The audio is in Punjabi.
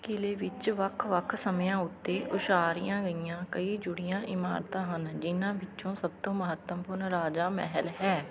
ਕਿਲ੍ਹੇ ਵਿੱਚ ਵੱਖ ਵੱਖ ਸਮਿਆਂ ਉੱਤੇ ਉਸਾਰੀਆਂ ਗਈਆਂ ਕਈ ਜੁੜੀਆਂ ਇਮਾਰਤਾਂ ਹਨ ਜਿਨ੍ਹਾਂ ਵਿੱਚੋਂ ਸਭ ਤੋਂ ਮਹੱਤਵਪੂਰਨ ਰਾਜਾ ਮਹਿਲ ਹੈ